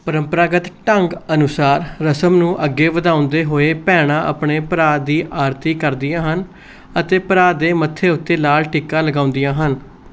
ਪਰੰਪਰਾਗਤ ਢੰਗ ਅਨੁਸਾਰ ਰਸਮ ਨੂੰ ਅੱਗੇ ਵਧਾਉਂਦੇ ਹੋਏ ਭੈਣਾਂ ਆਪਣੇ ਭਰਾ ਦੀ ਆਰਤੀ ਕਰਦੀਆਂ ਹਨ ਅਤੇ ਭਰਾ ਦੇ ਮੱਥੇ ਉੱਤੇ ਲਾਲ ਟਿੱਕਾ ਲਗਾਉਂਦੀਆਂ ਹਨ